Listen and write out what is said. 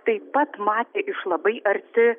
taip pat matė iš labai arti